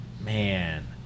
man